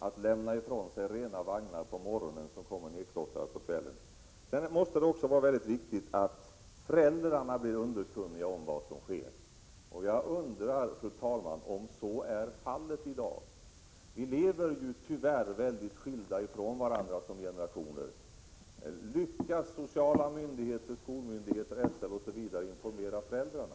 Man lämnar ju ifrån sig rena vagnar på morgonen, vilka sedan kommer tillbaka nedklottrade på kvällen. Sedan är det också mycket viktigt att föräldrarna blir underkunniga om vad som sker. Jag undrar, fru talman, om så är fallet i dag. Olika generationer lever ju tyvärr väldigt skilda från varandra. Jag undrar om sociala myndigheter, skolmyndigheter, SL osv. verkligen lyckas informera föräldrarna.